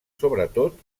sobretot